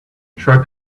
tried